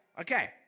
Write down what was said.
Okay